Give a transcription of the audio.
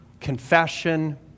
confession